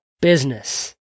business